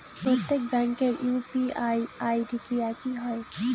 প্রত্যেক ব্যাংকের UPI ID কি একই হয়?